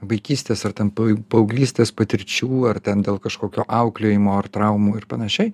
vaikystės ar ten paauglystės patirčių ar ten dėl kažkokio auklėjimo ar traumų ir panašiai